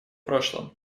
прошлом